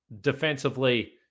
defensively